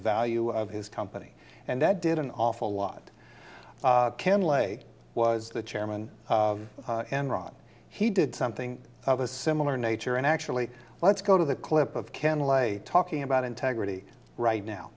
value of his company and that did an awful lot ken lay was the chairman and wrong he did something of a similar nature and actually let's go to the clip of ken lay talking about integrity right now